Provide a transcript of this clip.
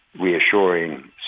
reassuring